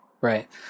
right